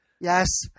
Yes